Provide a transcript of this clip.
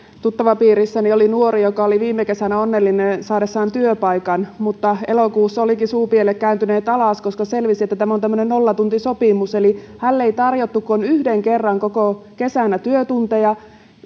tuttavapiirissäni oli nuori joka oli viime kesänä onnellinen saadessaan työpaikan mutta elokuussa olivatkin suupielet kääntyneet alas koska selvisi että tämä on tämmöinen nollatuntisopimus eli hänelle ei tarjottu kuin yhden kerran koko kesänä työtunteja